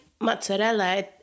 mozzarella